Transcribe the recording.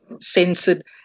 censored